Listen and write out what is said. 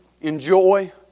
enjoy